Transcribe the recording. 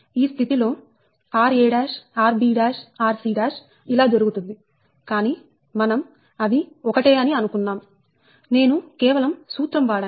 ఈ స్థితిలో ra rb rc ఇలా జరుగుతుంది కానీ మనం అవి ఒకటే అని అనుకున్నాం నేను కేవలం సూత్రం వాడాను